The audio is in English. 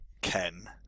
Ken